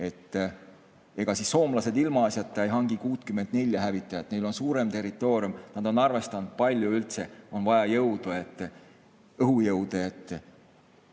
Ega siis soomlased ilmaasjata ei hangi 64 hävitajat. Neil on suurem territoorium ja nad on arvestanud, kui palju neil on vaja õhujõude,